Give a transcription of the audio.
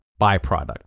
byproduct